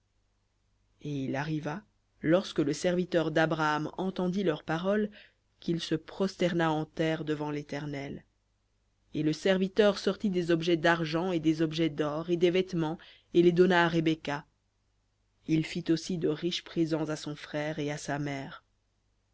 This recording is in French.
et il arriva lorsque le serviteur d'abraham entendit leurs paroles qu'il se prosterna en terre devant léternel et le serviteur sortit des objets d'argent et des objets d'or et des vêtements et les donna à rebecca il fit aussi de riches présents à son frère et à sa mère